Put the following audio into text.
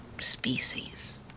species